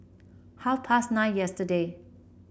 half past nine yesterday